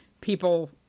people